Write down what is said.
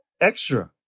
Extra